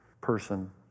person